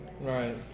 Right